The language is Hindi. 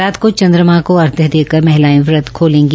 रात को चन्द्रमा के अर्घ्य देकर महिलायें व्रत खोलेगी